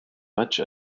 much